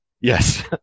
Yes